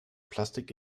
plastik